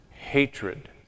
Hatred